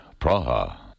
Praha